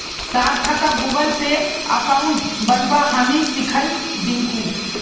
सार्थकक Google Pay account बनव्वा हामी सीखइ दीमकु